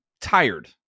tired